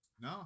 No